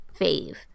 fave